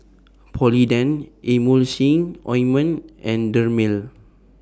Polident Emulsying Ointment and Dermale